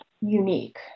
unique